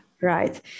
right